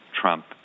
Trump